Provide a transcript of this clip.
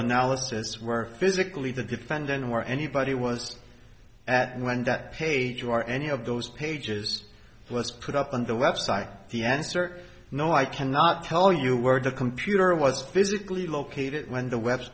analysis where physically the defendant or anybody was at when that page or any of those pages let's put up on the web site the answer no i cannot tell you where the computer was physically located when the web